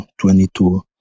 22